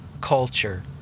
culture